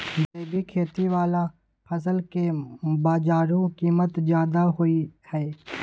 जैविक खेती वाला फसल के बाजारू कीमत ज्यादा होय हय